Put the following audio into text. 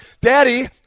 Daddy